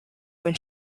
when